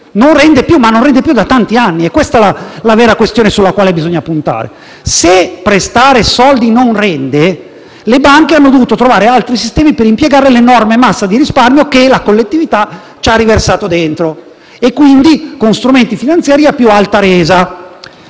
non rende più nulla da tanti anni. Questa è la vera questione alla quale bisogna puntare: visto che prestare soldi non rende, le banche hanno dovuto trovare altri sistemi per impiegare l'enorme massa di risparmio che la collettività ci ha riversato dentro con strumenti finanziari a più alta resa.